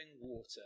water